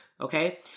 Okay